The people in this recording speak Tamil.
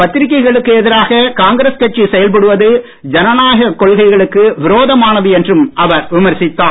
பத்திரிகைகளுக்கு எதிராக காங்கிரஸ் கட்சி செயல்படுவது ஜனநாயகக் கொள்கைகளுக்கு விரோதமானது என்றும் அவர் விமர்சித்தார்